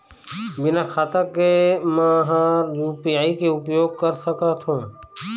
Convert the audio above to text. बिना खाता के म हर यू.पी.आई के उपयोग कर सकत हो?